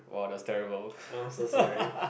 !wow! that's terrible